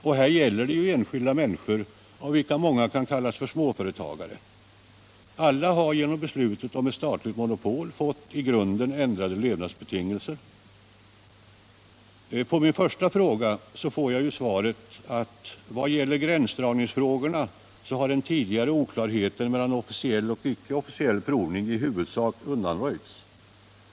Och här gäller det ju enskilda människor, av vilka många kan kallas för småföretagare. Alla har genom beslutet om ett statligt monopol fått i grunden ändrade levnadsbetingelser. På min första fråga får jag svaret att ”vad gäller gränsdragningsfrågorna” är ”den tidigare oklarheten i gränsdragning mellan officiell och icke-officiell provning i huvudsak undanröjd”.